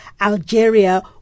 Algeria